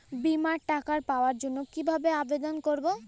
বিমার টাকা পাওয়ার জন্য কিভাবে আবেদন করব?